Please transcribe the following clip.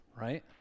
right